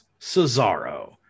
Cesaro